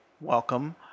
welcome